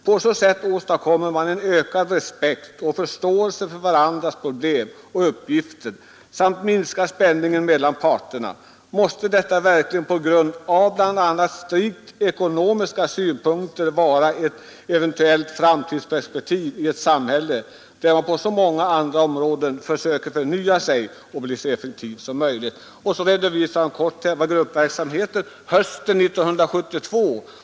På så sätt åstadkommer man en ökad respekt och förståelse för varandras problem och uppgifter samt minskar spänningen mellan parterna. Måste detta verkligen på grund av bl.a. strikt ekonomiska synpunkter bara vara ett event. framtidsprespektiv i ett samhälle, där man på så många andra områden försöker förnya sig och bli så effektiv som möjligt.” Sedan redovisar de kort själva gruppverksamheten under hösten 1972.